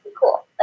cool